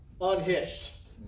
unhitched